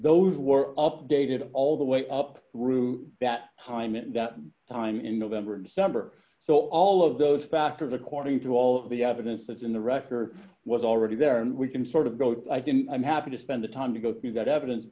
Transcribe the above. those were updated all the way up through that time and that time in november and december so all of those factors according to all the evidence that's in the record was already there and we can sort of go if i didn't i'm happy to spend the time to go through that evidence